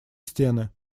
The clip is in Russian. стены